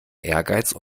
ehrgeiz